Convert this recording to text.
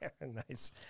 Nice